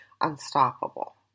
unstoppable